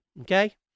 Okay